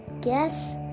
guess